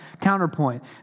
counterpoint